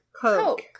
Coke